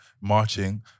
marching